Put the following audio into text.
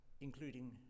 including